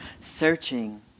Searching